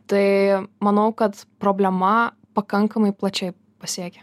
tai manau kad problema pakankamai plačiai pasiekia